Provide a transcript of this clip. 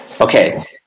Okay